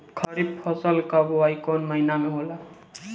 खरीफ फसल क बुवाई कौन महीना में होला?